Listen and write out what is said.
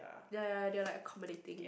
ya ya ya they all like comparating